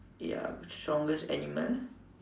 ya strongest animal